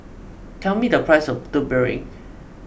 tell me the price of Putu Piring